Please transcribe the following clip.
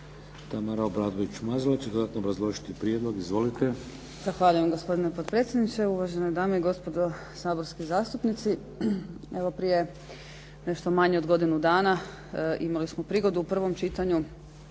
Tamara Obradović Mazal će dodatno obrazložiti prijedlog. Izvolite. **Obradović Mazal, Tamara** Zahvaljujem gospodinu potpredsjedniku. Uvaženi dame i gospodo saborski zastupnici. Evo prije nešto manje od godinu dana imali smo prigodu u prvom čitanju